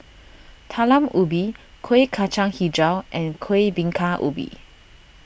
Talam Ubi Kuih Kacang HiJau and Kuih Bingka Ubi